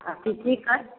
आओर अथी चीकन